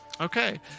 Okay